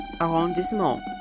arrondissement